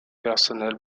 personnels